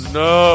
no